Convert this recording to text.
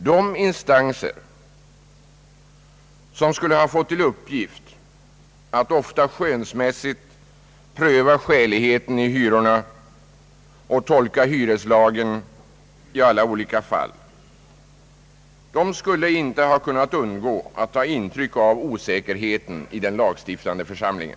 De instanser, som skulle ha fått till uppgift att — ofta skönsmässigt — pröva skäligheten i hyrorna och att tolka hyreslagen i alla olika fall, skulle inte ha kunnat undgå att ta intryck av osäkerheten hos den lagstiftande församlingen.